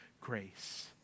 grace